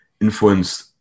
influenced